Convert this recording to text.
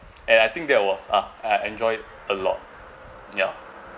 and I think that was ah I enjoyed a lot yeah